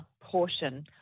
portion